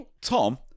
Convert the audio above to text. Tom